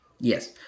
Yes